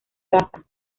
caza